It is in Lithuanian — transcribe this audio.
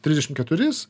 trisdešim keturis